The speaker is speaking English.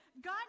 God